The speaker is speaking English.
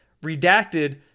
redacted